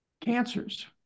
cancers